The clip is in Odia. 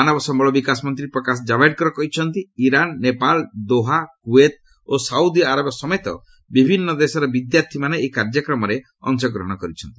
ମାନବ ସମ୍ଭଳ ବିକାଶ ମନ୍ତ୍ରୀ ପ୍ରକାଶ ଜାବଡେକର୍ କହିଛନ୍ତି ଇରାନ୍ ନେପାଳ ଡୋହା କୁଏତ୍ ଓ ସାଉଦି ଆରବ ସମେତ ବିଭିନ୍ନ ଦେଶର ବିଦ୍ୟାର୍ଥୀମାନେ ଏହି କାର୍ଯ୍ୟକ୍ରମରେ ଅଂଶଗ୍ରହଣ କରିଛନ୍ତି